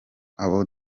abo